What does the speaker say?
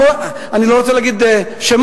אני לא רוצה להגיד שמות,